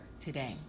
today